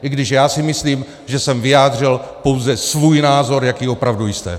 I když já si myslím, že jsem vyjádřil pouze svůj názor, jaký opravdu jste.